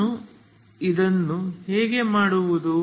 ನಾನು ಇದನ್ನು ಹೇಗೆ ಮಾಡುವುದು